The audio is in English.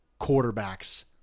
quarterbacks